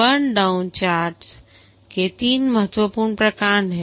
burn down charts के 3 महत्वपूर्ण प्रकार हैं